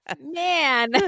man